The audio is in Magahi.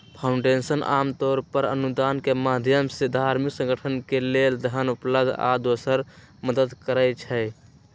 फाउंडेशन आमतौर पर अनुदान के माधयम से धार्मिक संगठन के लेल धन उपलब्ध आ दोसर मदद करई छई